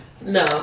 no